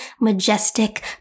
majestic